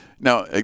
Now